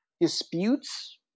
disputes